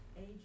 age